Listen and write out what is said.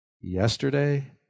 Yesterday